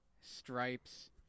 Stripes